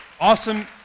awesome